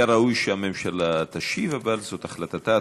היה ראוי שהממשלה תשיב, אבל זאת החלטתה.